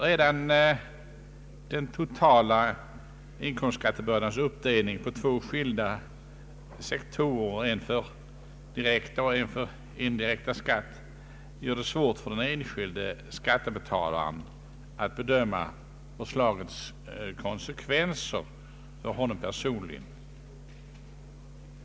Redan den totala inkomstskattebördans uppdelning på två skilda sektorer, en för direkta och en för indirekta skatter, gör det svårt för den enskilde skattebetalaren att bedöma förslagets konsekvenser för honom personligen.